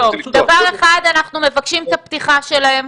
דבר אחד, אנחנו מבקשים את הפתיחה שלהם.